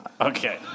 Okay